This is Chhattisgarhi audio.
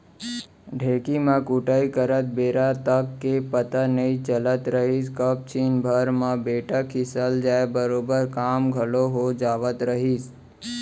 ढेंकी म कुटई करत बेरा तक के पता नइ चलत रहिस कब छिन भर म बेटा खिसल जाय बरोबर काम घलौ हो जावत रहिस